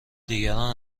دیگران